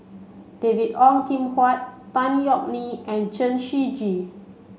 David Ong Kim Huat Tan Yeok Nee and Chen Shiji